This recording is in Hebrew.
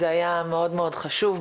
זה היה מאוד מאוד חשוב,